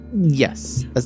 Yes